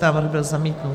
Návrh byl zamítnut.